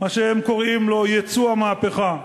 מה שהם קוראים לו "ייצוא המהפכה".